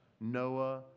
Noah